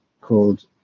called